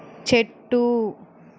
చెట్టు